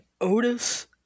Otis